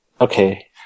Okay